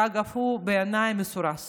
שאגב הוא בעיניי מסורס